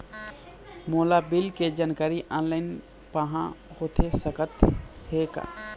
मोला बिल के जानकारी ऑनलाइन पाहां होथे सकत हे का?